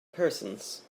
persons